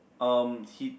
um he